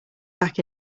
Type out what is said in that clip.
back